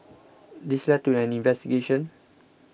this led to an investigation